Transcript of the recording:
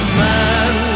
man